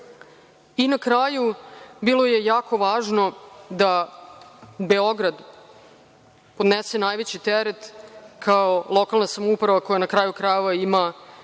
kraju bilo je jako važno da Beograd ponese najveći teret kao lokalna samouprava koja na kraju krajeva ima